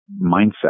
mindset